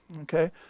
okay